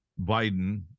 Biden